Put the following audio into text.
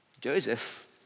Joseph